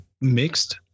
mixed